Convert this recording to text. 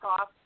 off